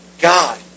God